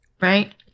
right